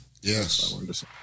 Yes